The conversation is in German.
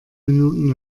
minuten